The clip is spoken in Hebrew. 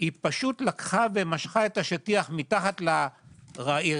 היא פשוט לקחה ומשכה את השטיח מתחת לרגליה,